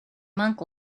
monk